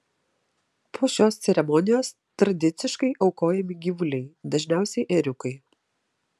po šios ceremonijos tradiciškai aukojami gyvuliai dažniausiai ėriukai